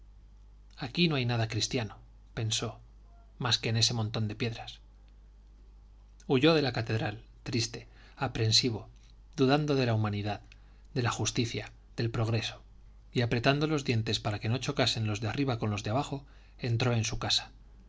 aquí no hay nada cristiano pensó más que ese montón de piedras huyó de la catedral triste aprensivo dudando de la humanidad de la justicia del progreso y apretando los dientes para que no chocasen los de arriba con los de abajo entró en su casa